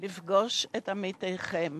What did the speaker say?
לפגוש את עמיתיכם